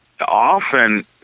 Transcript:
often